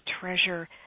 treasure